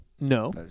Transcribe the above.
No